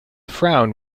frown